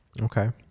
okay